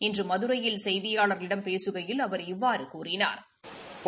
இன்று மதுரையில் செய்தியாளா்களிடம் பேசுகையில் அவா் இவ்வாறு கூறினாா்